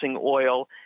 oil